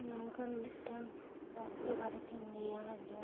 ᱤᱧ ᱱᱚᱝᱠᱟᱱ ᱢᱤᱫᱴᱟᱹᱝ ᱚᱠᱛᱚ ᱵᱟᱨᱮ ᱛᱮᱧ ᱞᱟᱹᱭ ᱟᱸᱡᱚᱢ ᱟᱵᱚᱱᱟ